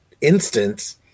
instance